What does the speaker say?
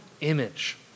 image